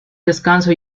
descanso